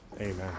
Amen